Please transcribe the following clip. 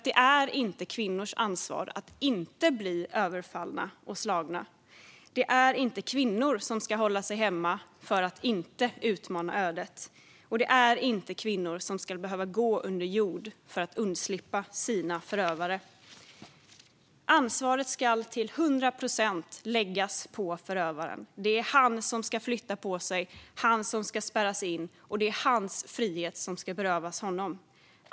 Det är inte kvinnors ansvar att inte bli överfallna och slagna. Kvinnor ska inte hålla sig hemma för att inte utmana ödet. Kvinnor ska inte behöva gå under jord för att undslippa sina förövare. Ansvaret ska till 100 procent läggas på förövaren. Det är han som ska flytta på sig. Det är han som ska spärras in. Det är han som ska berövas sin frihet.